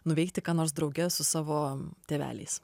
nuveikti ką nors drauge su savo tėveliais